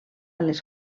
les